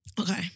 Okay